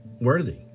worthy